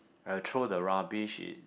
I'll throw the rubbish in